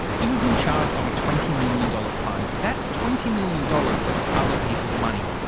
he was in charge of a twenty million dollars fund, that's twenty million dollars of other people's money.